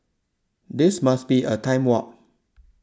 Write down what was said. this must be a time warp